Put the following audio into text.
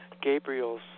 Gabriel's